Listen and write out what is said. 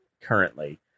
currently